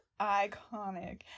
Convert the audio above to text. iconic